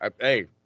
hey